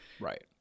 Right